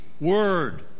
word